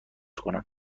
کنم